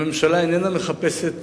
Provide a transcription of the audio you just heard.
הממשלה איננה מחפשת